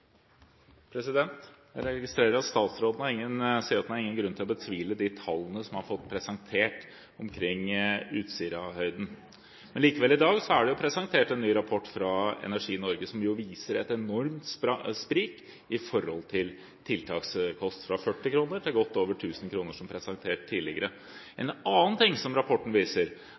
Jeg registrerer at statsråden sier at han har ingen grunn til å betvile de tallene som han har fått presentert om Utsirahøyden. Likevel er det i dag presentert en ny rapport fra Energi Norge, som jo viser et enormt sprik i tiltakskostnad – fra 40 kr til godt over 1 000 kr – som presentert tidligere. En annen ting som rapporten viser,